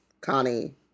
Connie